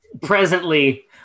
presently